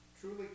Truly